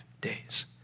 days